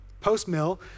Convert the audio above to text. post-mill